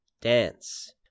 dance